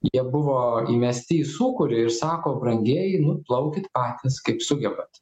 jie buvo įmesti į sūkurį ir sako brangieji nu plaukit patys kaip sugebat